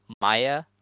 Maya